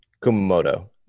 Kumamoto